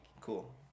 Cool